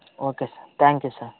okay sir thank you sir